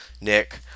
Nick